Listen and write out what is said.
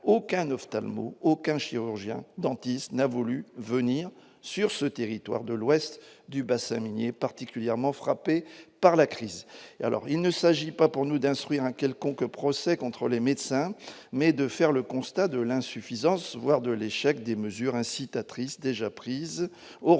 aucun ophtalmo aucun chirurgien dentiste n'a voulu venir sur ce territoire de l'ouest du bassin minier particulièrement frappés par la crise, alors il ne s'agit pas pour nous d'instruire un quelconque procès contre les médecins mais de faire le constat de l'insuffisance, voire de l'échec des mesures incitatrice déjà prise au regard de